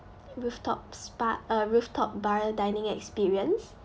rooftop spa uh rooftop bar dining experience